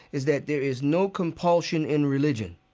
is that there is no compulsion in religion.